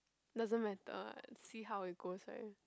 doesn't matter lah see how it goes right